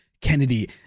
kennedy